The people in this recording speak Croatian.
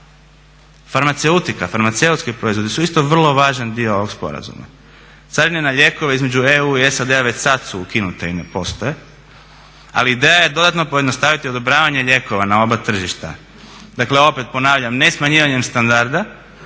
Farmaceutika, farmaceutski proizvodi su isto vrlo važan dio ovog sporazuma. Carine na lijekove između EU i SAD-a već sad su ukinute i ne postoje, ali ideja je dodatno pojednostaviti odobravanje lijekova na oba tržišta. Dakle opet ponavljam, ne smanjivanjem standarda